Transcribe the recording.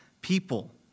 people